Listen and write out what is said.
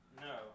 No